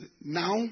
Now